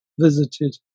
visited